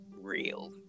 real